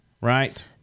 right